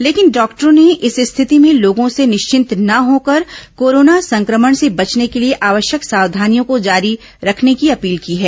लेकिन डॉक्टरों ने इस स्थिति में लोगों से निश्चिंत न होकर कोरोना संक्रमण से बचने के लिए आवश्यक सावधानियों को जारी रखने की अपील की है